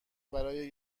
برای